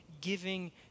giving